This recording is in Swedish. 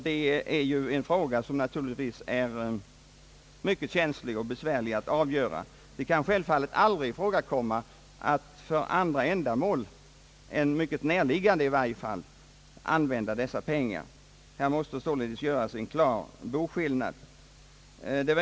Detta är ju en fråga som naturligtvis är mycket känslig och besvärlig att avgöra. Det kan självfallet aldrig ifrågakomma att för andra ändamål än i varje fall mycket närliggande använda dessa pengar. Här måste således göras en klar boskillnad.